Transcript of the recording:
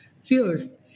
fears